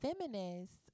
feminists